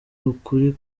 ukuri